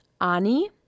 Ani